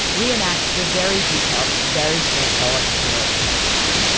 reenacts the very detailed, very straightforward lyrics of the song